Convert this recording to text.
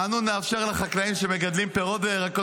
אנו נאפשר לחקלאים שמגדלים פירות וירקות